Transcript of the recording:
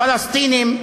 פלסטינים,